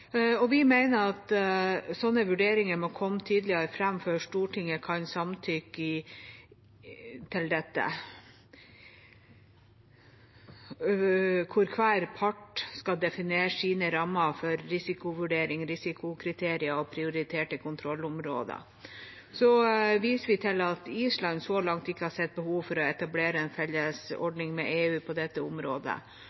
Vi mener at sånne vurderinger må komme tydeligere fram før Stortinget kan samtykke til det, hvor hver part skal definere sine rammer for risikovurdering, risikokriterier og prioriterte kontrollområder. Vi viser til at Island så langt ikke har sett behov for å etablere en felles